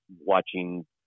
watching